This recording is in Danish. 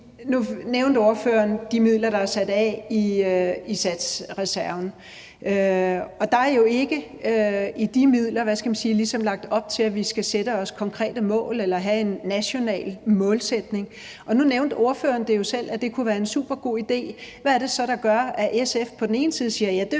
Nu nævnte ordføreren de midler, der er sat af i satsreserven, og der er jo ikke i de midler ligesom lagt op til, at vi skal sætte os konkrete mål eller have en national målsætning. Nu nævnte ordføreren jo selv, at det kunne være en supergod idé. Hvad er det så, der gør, at SF på den ene side siger, at det vil